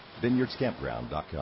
VineyardsCampground.com